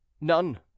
None